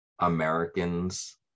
Americans